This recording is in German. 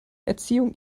erziehung